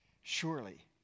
Surely